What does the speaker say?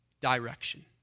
direction